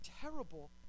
terrible